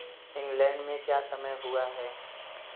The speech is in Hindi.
इंग्लैंड में क्या समय हुआ है